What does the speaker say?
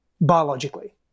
biologically